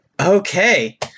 Okay